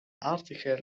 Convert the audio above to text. article